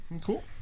Cool